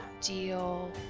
deal